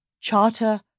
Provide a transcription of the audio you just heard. Charter